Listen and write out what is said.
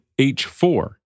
H4